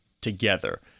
together